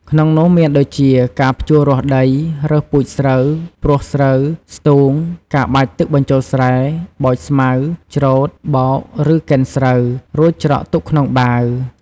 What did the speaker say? ក្នុងនោះមានដូចជា ការភ្ជួររាស់ដី រើសពូជស្រូវ ព្រួសស្រូវ ស្ទូង ការបាចទឹកបញ្ចូលស្រែ បោចស្មៅ ច្រូត បោក ឬកិនស្រូវ រួចច្រកទុកក្នុងបាវ។